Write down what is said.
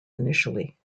initially